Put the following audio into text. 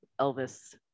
Elvis